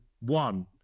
One